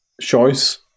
choice